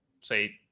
say